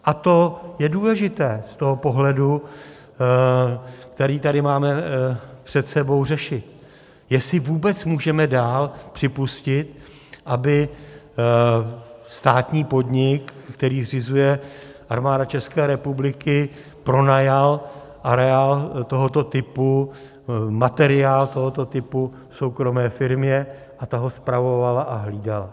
A to je důležité z pohledu, který tady máme před sebou, řešit, jestli vůbec můžeme dál připustit, aby státní podnik, který zřizuje Armáda České republiky, pronajal areál tohoto typu, materiál tohoto typu soukromé firmě a ta ho spravovala a hlídala.